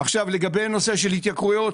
לגבי נושא של התייקרויות.